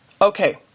Okay